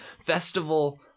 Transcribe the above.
festival